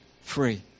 free